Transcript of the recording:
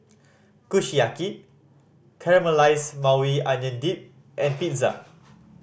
Kushiyaki Caramelize Maui Onion Dip and Pizza